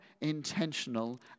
intentional